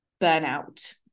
burnout